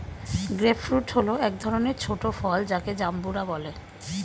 grape fruit হল এক ধরনের ছোট ফল যাকে জাম্বুরা বলে